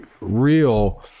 real